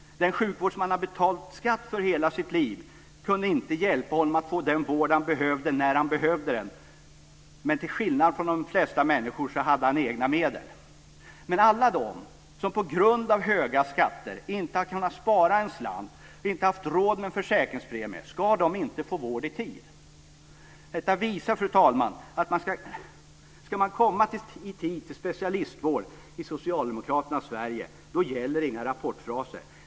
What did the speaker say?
Den sjukvård han har betalat skatt för i hela sitt liv kunde inte hjälpa honom att få vård när han väl behövde den, men till skillnad från de flesta människor hade han egna medel. Men ska alla de som på grund av höga skatter inte har kunnat spara en slant eller inte har haft råd med försäkringspremien inte få vård i tid? Detta visar, fru talman, att om man ska få komma i tid till specialistvård i socialdemokraternas Sverige gäller inga rapportfraser.